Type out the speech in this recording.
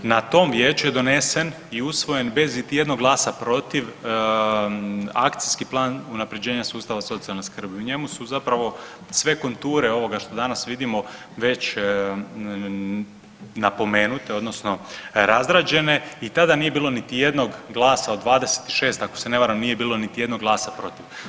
Na tom vijeću je donesen i usvojen bez iti jednog glasa protiv Akcijski plan unapređenja sustava socijalne skrbi u njemu su zapravo sve konture ovoga što danas vidimo već napomenute odnosno razrađene i tada nije bilo niti jednog glasa od 26 ako se ne varam nije bilo niti jednog glasa protiv.